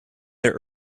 their